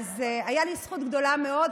אז הייתה לי זכות גדולה מאוד,